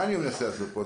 מה אני מנסה לעשות פה?